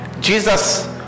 Jesus